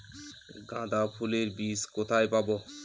গাঁদা ফুলের বীজ কোথায় পাবো?